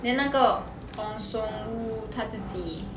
then 那个 ong seong wu 他自己